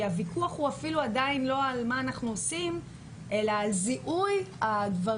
כי הוויכוח הוא אפילו עדיין לא על מה אנחנו עושים אלא על זיהוי הדברים,